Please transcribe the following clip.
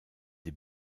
des